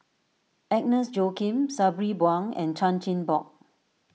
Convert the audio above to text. Agnes Joaquim Sabri Buang and Chan Chin Bock